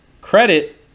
credit